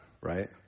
right